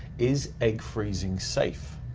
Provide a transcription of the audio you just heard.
is egg freezing safe?